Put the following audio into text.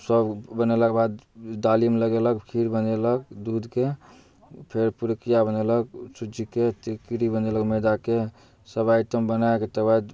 सब बनेलाके बाद डालीमे लगेलक खीर बनेलक दूधके फेर पिरुकिआ बनेलक सुज्जीके टिकरी बनेलक मैदाके सब आइटम बनाकऽ तकर बाद